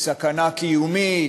"סכנה קיומית",